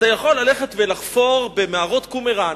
אתה יכול ללכת ולחפור במערות קומראן